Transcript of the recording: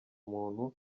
muntu